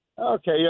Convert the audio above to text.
Okay